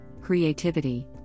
creativity